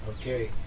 Okay